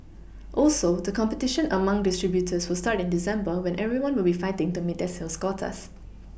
also the competition among distributors will start in December when everyone will be fighting to meet their sales quotas